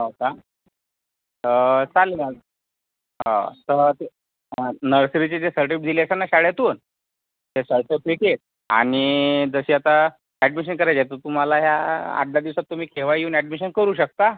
हो का चालेल ना हो तर ती नर्सरीची जी सर्टिफिकेट दिली असेल ना शाळेतून ते सर्टिफिकेट आणि जशी आता ॲडमिशन करायची आहे तर तुम्हाला ह्या आठ दहा दिवसात तुम्ही केव्हाही येऊन ॲडमिशन करू शकता